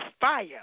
fire